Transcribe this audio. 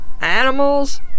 animals